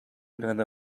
neither